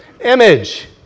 image